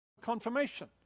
confirmation